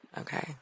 Okay